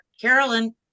Carolyn